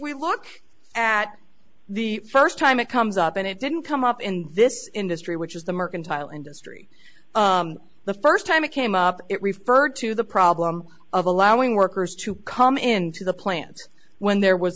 we look at the first time it comes up and it didn't come up in this industry which is the mercantile industry the first time it came up it referred to the problem of allowing workers to come into the plant when there was